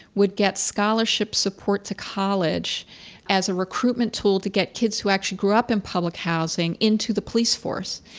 would get scholarship support to college as a recruitment tool to get kids who actually grew up in public housing into the police force.